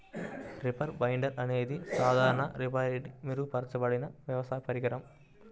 reaper binder అనేది సాధారణ రీపర్పై మెరుగుపరచబడిన వ్యవసాయ పరికరం